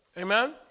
Amen